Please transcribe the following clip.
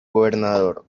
gobernador